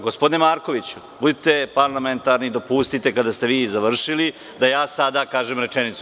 Gospodine Markoviću, budite parlamentarni, dopustite, kada ste vi završili, da ja sada kažem jednu rečenicu.